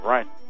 Right